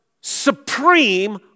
supreme